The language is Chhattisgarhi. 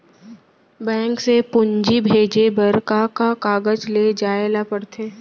बैंक से पूंजी भेजे बर का का कागज ले जाये ल पड़थे?